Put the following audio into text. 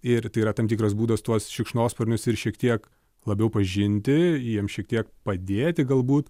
ir tai yra tam tikras būdas tuos šikšnosparnius ir šiek tiek labiau pažinti jiem šiek tiek padėti galbūt